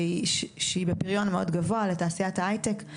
שהיא בפריון מאוד גבוה לתעשיית ההיי טק.